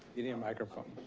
a and microphone.